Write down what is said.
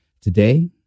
Today